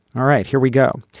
all right here we go.